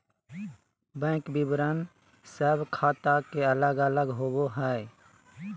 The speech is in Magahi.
बैंक विवरण सब ख़ाता के अलग अलग होबो हइ